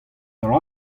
dra